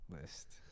list